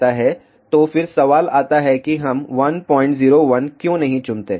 तो फिर सवाल आता है कि हम 101 क्यों नहीं चुनते